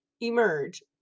Emerge